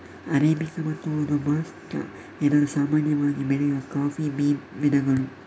arabica ಮತ್ತು robusta ಎರಡು ಸಾಮಾನ್ಯವಾಗಿ ಬೆಳೆಯುವ ಕಾಫಿ ಬೀನ್ ವಿಧಗಳು